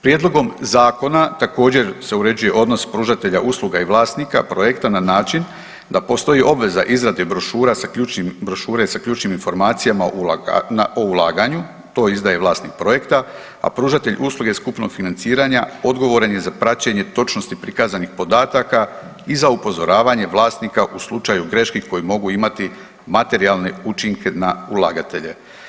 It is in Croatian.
Prijedlogom zakona također se uređuje odnos pružatelja usluga i vlasnika projekta na način da postoji obveza izrade brošura sa ključnim, brošure sa ključnim informacijama o ulaganju, to izdaje vlasnik projekta, a pružatelj usluge skupnog financiranja odgovoran je za praćenje točnosti prikazanosti podataka i za upozoravanje vlasnika u slučaju greške koje mogu imati materijalne učinke na ulagatelje.